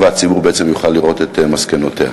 והציבור בעצם יוכל לראות את מסקנותיה?